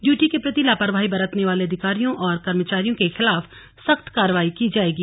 duty के प्रति लापरवाही बरतने वाले अधिकारियों और कर्मचारियों के खिलाफ सख्त कार्रवाई की जाएगी